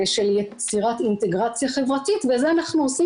זה של יצירת אינטגרציה חברתית ואת זה אנחנו עושים